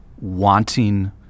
wanting